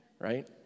right